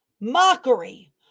mockery